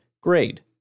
grade